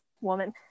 woman